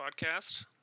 podcast